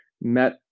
met